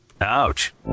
Ouch